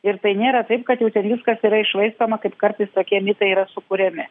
ir tai nėra taip kad jau ten viskas yra iššvaistoma kaip kartais tokie mitai yra sukuriami